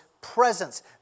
presence